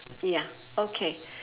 ya okay